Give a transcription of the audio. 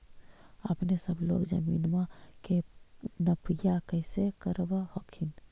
अपने सब लोग जमीनमा के नपीया कैसे करब हखिन?